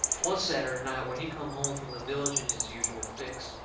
one saturday night, when he come home from the village in his usual fix,